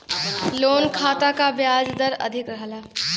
loan खाता क ब्याज दर अधिक रहला